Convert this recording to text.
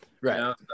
Right